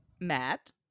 Matt